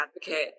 advocate